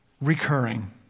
recurring